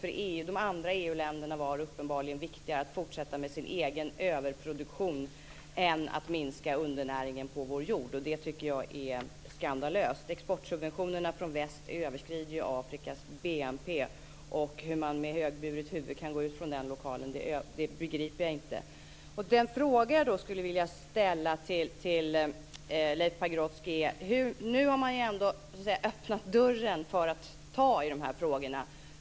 För de andra EU-länderna var det uppenbarligen viktigare att fortsätta med sin egen överproduktion än att minska undernäringen på vår jord, och det tycker jag är skandalöst. Exportsubventionerna från väst överskrider ju Afrikas BNP, och hur man med högburet huvud kan gå ut från lokalen efter något sådant begriper jag inte. Den fråga jag då skulle vilja ställa till Leif Pagrotsky är följande: Nu har man ändå så att säga öppnat dörren för att ta i de här frågorna.